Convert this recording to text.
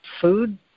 food